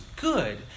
good